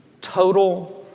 total